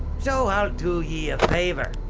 so i'll do ye a favour.